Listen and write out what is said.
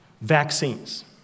vaccines